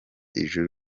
ijuru